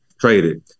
traded